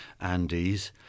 Andes